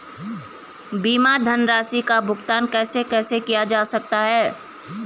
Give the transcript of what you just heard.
बीमा धनराशि का भुगतान कैसे कैसे किया जा सकता है?